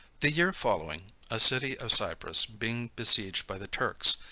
the year following, a city of cyprus being besieged by the turks,